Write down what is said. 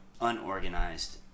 unorganized